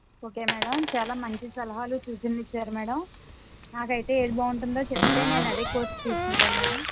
ఒకే madam చాలా మంచి సలహాలు సూచనలు ఇచ్చారు మేడమ్ నాకైతే ఏది బాగుంటుందో చెప్తే అదే కోర్స్ తీసుకుంటాను మేడమ్